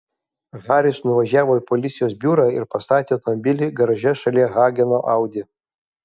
haris nuvažiavo į policijos biurą ir pastatė automobilį garaže šalia hageno audi